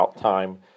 time